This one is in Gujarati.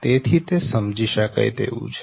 તેથી તે સમજી શકાય તેવું છે